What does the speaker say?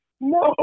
No